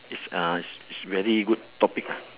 is uh is is very good topic ah